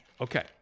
Okay